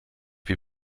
wie